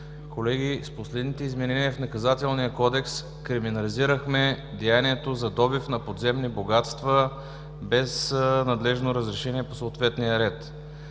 Колеги, с последните изменения в Наказателния кодекс криминализирахме деянието за добив на подземни богатства без надлежно разрешение по съответния ред.